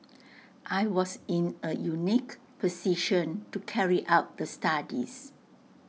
I was in A unique position to carry out the studies